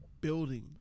building